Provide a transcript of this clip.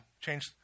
change